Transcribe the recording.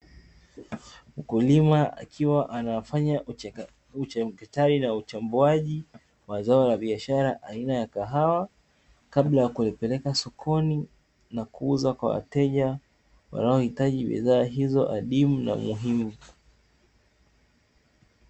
Mkulima akiwa anafanya uchakataji na uchambuaji, wa zao la biashara aina ya kahawa kabla ya kulipeleka sokoni, na kuliuza kwa wateja wanao hitaji bidhaa hizo adimu na muhimu.